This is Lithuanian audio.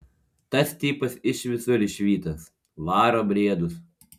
tas tipas iš visur išvytas varo briedus